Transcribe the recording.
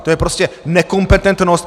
To je prostě nekompetentnost!